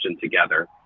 together